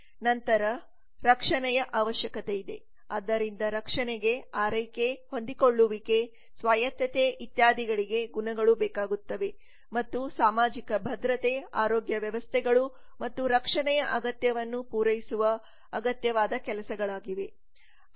ನಂತರ ರಕ್ಷಣೆಯ ಅವಶ್ಯಕತೆಯಿದೆ ಆದ್ದರಿಂದ ರಕ್ಷಣೆಗೆ ಆರೈಕೆ ಹೊಂದಿಕೊಳ್ಳುವಿಕೆ ಸ್ವಾಯತ್ತತೆ ಇತ್ಯಾದಿಗಳಿಗೆ ಗುಣಗಳು ಬೇಕಾಗುತ್ತವೆ ಮತ್ತು ಸಾಮಾಜಿಕ ಭದ್ರತೆ ಆರೋಗ್ಯ ವ್ಯವಸ್ಥೆಗಳು ಮತ್ತು ರಕ್ಷಣೆಯ ಅಗತ್ಯವನ್ನು ಪೂರೈಸುವ ಅಗತ್ಯವಾದ ಕೆಲಸಗಳಾಗಿವೆ